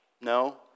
No